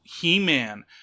He-Man